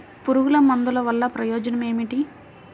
పురుగుల మందుల వల్ల ప్రయోజనం ఏమిటీ?